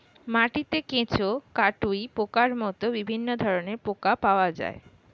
মাটিতে কেঁচো, কাটুই পোকার মতো বিভিন্ন ধরনের পোকা পাওয়া যায়